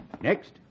Next